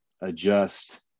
adjust